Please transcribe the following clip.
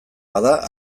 bada